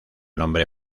nombre